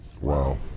Wow